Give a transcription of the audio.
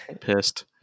pissed